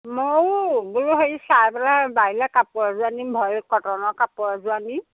ময়ো বোলো হেৰি চাই পেলাই বাৰিলে কাপোৰ এযোৰ আনিম ভইল কটনৰ কাপোৰ এযোৰ আনিম